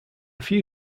few